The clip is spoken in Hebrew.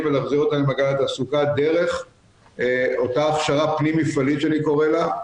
ולהחזיר אותם למעגל התעסוקה דרך אותה הכשרה פנים-מפעלית שאני קורא לה,